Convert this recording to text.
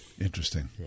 Interesting